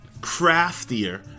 craftier